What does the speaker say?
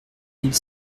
mille